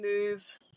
move